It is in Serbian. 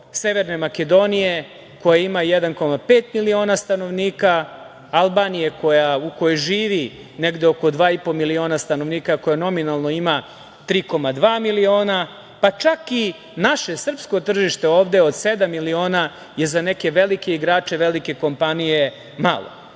Severne Makedonije koja ima 1,5 miliona stanovnika, Albanije u kojoj živi negde oko 2,5 miliona stanovnika, koje nominalno ima 3,2 miliona, pa čak i naše srpsko tržište ovde od sedam miliona je za neke velike igrače, velike kompanije malo